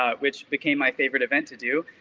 ah which became my favorite event to do,